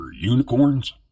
unicorns